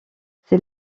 c’est